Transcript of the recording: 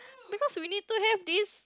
because we need to have this